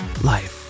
life